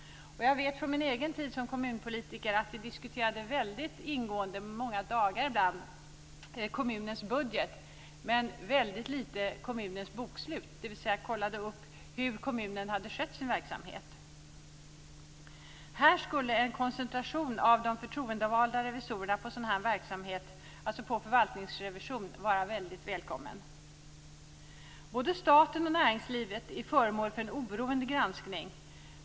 Jag vet från min egen tid som kommunpolitiker att vi diskuterade ingående - ibland under många dagar - kommunens budget men väldigt lite kommunens bokslut, dvs. kontrollerade hur kommunen hade skött sin verksamhet. Här skulle en koncentration av de förtroendevalda revisorernas arbete på förvaltningsrevision vara välkommen. Både staten och näringslivet är föremål för en oberoende granskning.